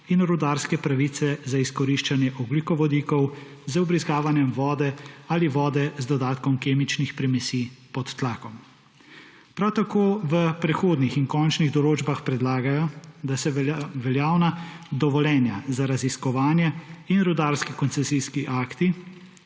in rudarske pravice za izkoriščanje ogljikovodikov z vbrizgavanjem vode ali vode z dodatkom kemičnih primesi pod tlakom. Prav tako v prehodnih in končnih določbah predlagajo, da se veljavna dovoljenja za raziskovanje in rudarsko-koncesijski akti